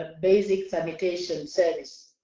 ah basic sanitation services.